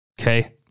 Okay